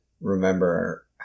remember